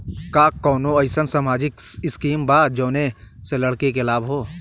का कौनौ अईसन सामाजिक स्किम बा जौने से लड़की के लाभ हो?